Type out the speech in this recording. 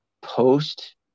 post